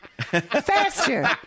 Faster